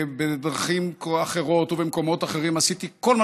בדרכים אחרות ובמקומות אחרים עשיתי כל מה